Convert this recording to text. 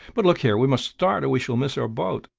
but, look here, we must start or we shall miss our boat.